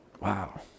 Wow